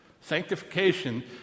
Sanctification